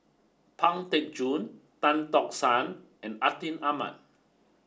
Pang Teck Joon Tan Tock San and Atin Amat